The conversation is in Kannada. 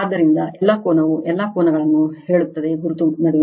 ಆದ್ದರಿಂದ ಎಲ್ಲಾ ಕೋನವು ಎಲ್ಲಾ ಕೋನಗಳನ್ನು ಹೇಳುತ್ತದೆ ಗುರುತು ನಡುವೆ